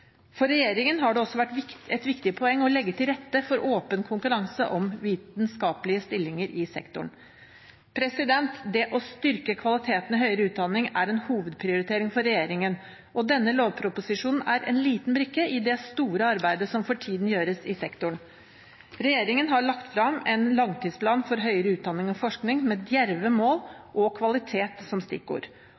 For regjeringen har det også vært et viktig poeng å legge til rette for åpen konkurranse om vitenskapelige stillinger i sektoren. Det å styrke kvaliteten i høyere utdanning er en hovedprioritering for regjeringen, og denne lovproposisjonen er en liten brikke i det store arbeidet som for tiden gjøres i sektoren. Regjeringen har lagt frem en langtidsplan for høyere utdanning og forskning, med djerve mål og kvalitet som stikkord.